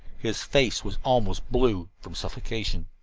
his face was almost blue from suffocation.